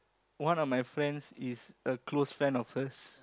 one of my friends is a close friend of hers